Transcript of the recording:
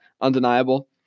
undeniable